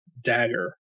dagger